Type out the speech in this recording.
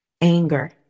Anger